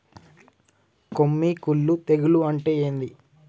కొమ్మి కుల్లు తెగులు అంటే ఏంది?